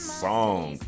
song